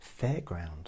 fairground